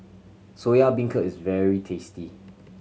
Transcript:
Soya Beancurd is very tasty